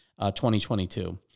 2022